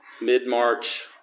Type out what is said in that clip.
mid-March